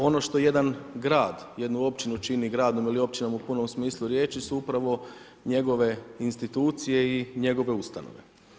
Ono što jedan grad, jednu općinu čini gradom ili općinom u punom smislu riječi su upravo njegove institucije i njegove ustanove.